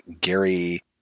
Gary